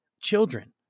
children